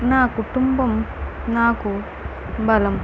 నా కుటుంబం నాకు బలం